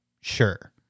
Sure